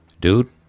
Dude